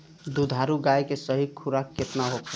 दुधारू गाय के सही खुराक केतना होखे?